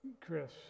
Chris